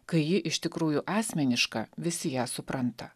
kai ji iš tikrųjų asmeniška visi ją supranta